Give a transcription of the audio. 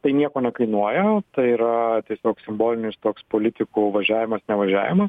tai nieko nekainuoja tai yra tiesiog simbolinis toks politikų važiavimas nevažiavimas